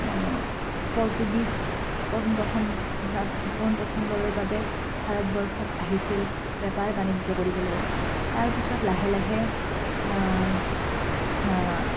Portuguese পোনপ্ৰথম পোনপ্ৰথমবাৰৰ বাবে ভাৰতবৰ্ষত আহিছিল বেপাৰ বাণিজ্য কৰিবলৈ তাৰপিছত লাহে লাহে